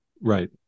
Right